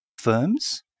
firms